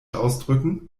ausdrücken